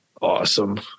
Awesome